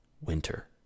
winter